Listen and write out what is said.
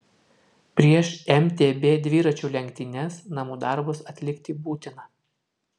prieš mtb dviračių lenktynes namų darbus atlikti būtina